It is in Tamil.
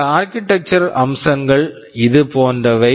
இந்த ஆர்க்கிடெக்சரல் architectural அம்சங்கள் இது போன்றவை